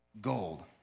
gold